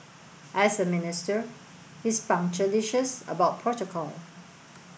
as a minister he's punctilious about protocol